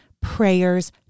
prayers